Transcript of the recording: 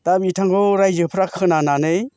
दा बिथांखौ रायजोफ्रा खोनानानै